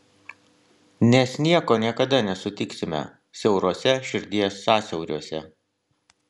nes nieko niekada nesutiksime siauruose širdies sąsiauriuose